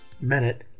minute